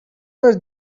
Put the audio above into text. were